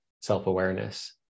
self-awareness